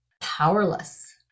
powerless